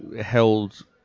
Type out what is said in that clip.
held